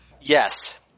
Yes